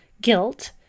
guilt